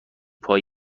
پای